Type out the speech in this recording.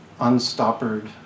unstoppered